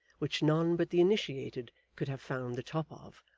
which none but the initiated could have found the top of,